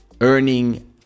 earning